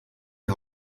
die